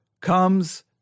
comes